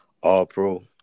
all-pro